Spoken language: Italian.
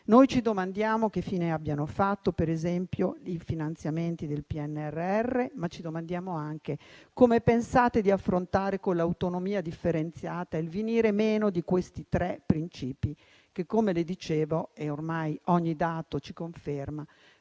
Noi ci domandiamo che fine abbiano fatto, per esempio, i finanziamenti del PNRR, ma ci domandiamo anche come pensate di affrontare con l'autonomia differenziata il venir meno di questi tre principi che, come dicevo e come ormai ogni dato conferma,